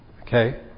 Okay